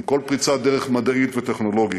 עם כל פריצת דרך מדעית וטכנולוגית,